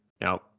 Now